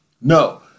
No